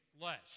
flesh